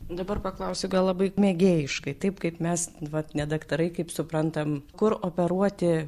dabar paklausiu gal labai mėgėjiškai taip kaip mes vat ne daktarai kaip suprantam kur operuoti